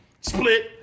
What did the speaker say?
Split